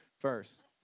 first